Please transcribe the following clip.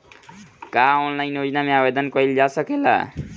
का ऑनलाइन योजना में आवेदन कईल जा सकेला?